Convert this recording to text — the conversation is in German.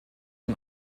den